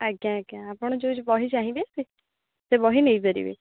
ଆଜ୍ଞା ଆଜ୍ଞା ଆପଣ ଯୋଉ ବହି ଚାହିଁବେ ସେ ବହି ନେଇପାରିବେ